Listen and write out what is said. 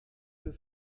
für